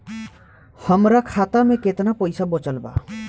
हमरा खाता मे केतना पईसा बचल बा?